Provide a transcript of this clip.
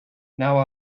now